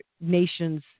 nations